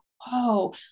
whoa